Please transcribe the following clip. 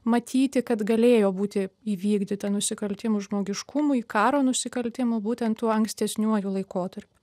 matyti kad galėjo būti įvykdyta nusikaltimų žmogiškumui karo nusikaltimų būtent tuo ankstesniuoju laikotarp